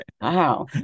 Wow